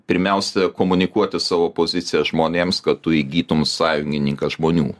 pirmiausia komunikuoti savo poziciją žmonėms kad tu įgytum sąjungininką žmonių